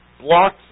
blocks